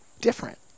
different